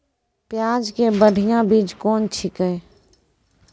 प्याज के बढ़िया बीज कौन छिकै?